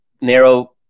narrow